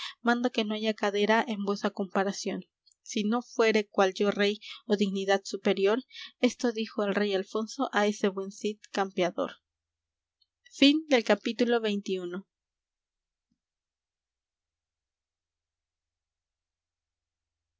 mando que no haya cadera en vuesa comparación si no fuere cual yo rey ó dignidad superior esto dijo el rey alfonso á ese buen cid campeador